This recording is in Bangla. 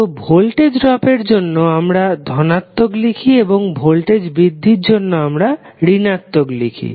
তো ভোল্টেজ ড্রপের জন্য আমরা ধনাত্মক লিখি এবং ভোল্টেজ বৃদ্ধির জন্য ঋণাত্মক লিখি